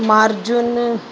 माजून